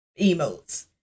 emotes